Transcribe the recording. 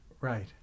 Right